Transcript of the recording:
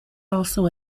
also